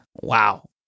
wow